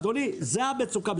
אדוני, זאת המצוקה.